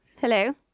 Hello